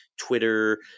Twitter